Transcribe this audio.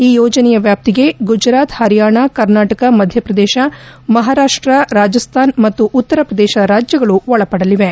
ಈ ಯೋಜನೆಯ ವ್ಯಾಪ್ತಿಗೆ ಗುಜರಾತ್ ಪರಿಯಾಣ ಕರ್ನಾಟಕ ಮಧ್ಯಪ್ರದೇಶ ಮಹಾರಾಷ್ಲ ರಾಜಸ್ತಾನ್ ಮತ್ತು ಉತ್ತರಪ್ರದೇಶ ರಾಜ್ಗಳು ಒಳಪಡಲಿವೆ